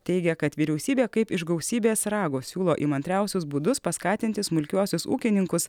teigia kad vyriausybė kaip iš gausybės rago siūlo įmantriausius būdus paskatinti smulkiuosius ūkininkus